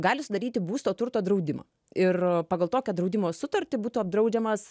gali sudaryti būsto turto draudimą ir pagal tokią draudimo sutartį būtų apdraudžiamas